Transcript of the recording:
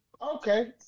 Okay